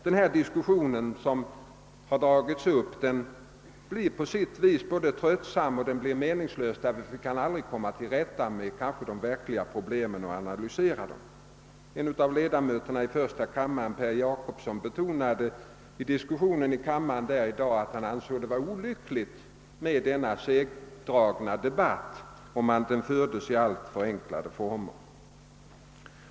Den diskussion som nu dragits upp blir på sitt sätt både tröttsam och meningslös, eftersom vi därigenom inte kan komma till rätta med och analysera de verkliga problemen. Herr Per Jacobsson betonade i debatten i första kammaren i dag, att det var olyckligt att denna segdragna debatt fördes i alltför förenklade former.